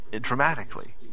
dramatically